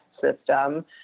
system